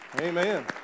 Amen